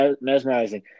mesmerizing